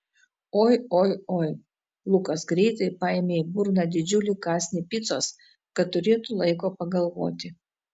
oi oi oi lukas greitai paėmė į burną didžiulį kąsnį picos kad turėtų laiko pagalvoti